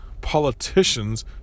politicians